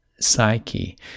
psyche